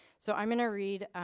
so i'm going to read